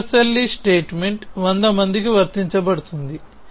ఈ విశ్వవ్యాప్త ప్రకటన వంద మందికి వర్తించబడుతుంది